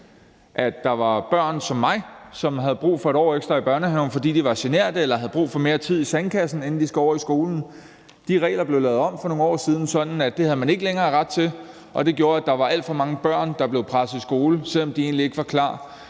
der var børn som mig, som havde brug for et ekstra år børnehaven, fordi de var generte eller havde brug for mere tid i sandkassen, inden de skulle i skole. De regler blev lavet om for nogle år siden, sådan at det havde man ikke længere ret til, og det gjorde, at der var alt for mange børn, der blev presset i skole, selv om de egentlig ikke var klar